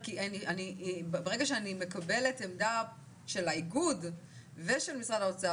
כי ברגע שאני מקבלת עמדה של האיגוד ושל משרד האוצר